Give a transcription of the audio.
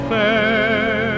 fair